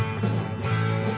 oh wow